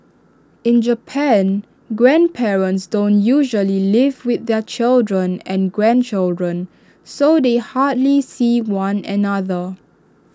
in Japan grandparents don't usually live with their children and grandchildren so they hardly see one another